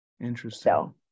Interesting